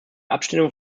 abstimmung